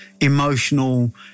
emotional